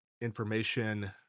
information